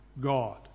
God